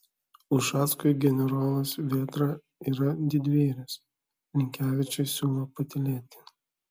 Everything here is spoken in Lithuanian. ušackui generolas vėtra yra didvyris linkevičiui siūlo patylėti